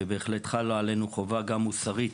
ובהחלט חלה עלינו חובה מוסרית